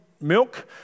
milk